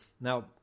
Now